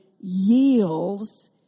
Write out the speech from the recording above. yields